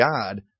God